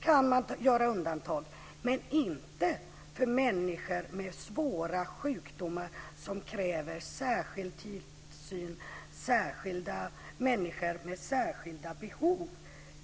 kan man göra undantag, men inte för människor med svåra sjukdomar som kräver särskild tillsyn, människor med särskilda behov.